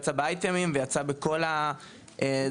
יצא באייטמים ויצא בכל הדרכים